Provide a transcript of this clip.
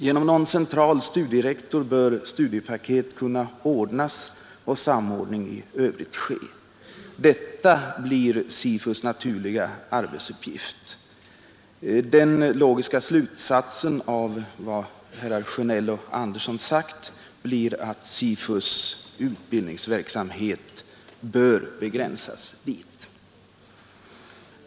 Genom någon central studierektor bör studiepaket kunna ordnas och samordning i övrigt ske. Detta blir SIFU:s naturliga arbetsuppgift. Den logiska slutsatsen av vad herrar Sjönell och Andersson i Örebro sagt blir att SIFU:s utbildningsverksamhet bör begränsas dit.